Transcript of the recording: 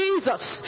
Jesus